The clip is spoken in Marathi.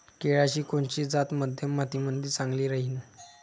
केळाची कोनची जात मध्यम मातीमंदी चांगली राहिन?